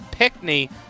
Pickney